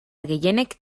gehienek